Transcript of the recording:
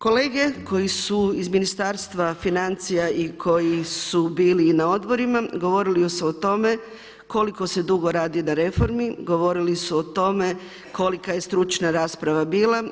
Kolege koji su iz Ministarstva financija i koji su bili i na odborima govorili su o tome koliko se dugo radi na reformi, govorili su o tome kolika je stručna rasprava bila.